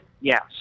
yes